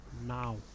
Now